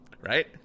Right